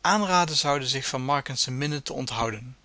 aanraden zoude zich van markensche minnen te onthouden